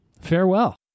farewell